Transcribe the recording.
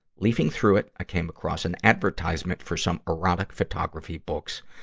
leafing through it, i came across an advertisement for some erotic photography books,